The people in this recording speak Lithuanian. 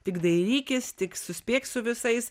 tik dairykis tik suspėk su visais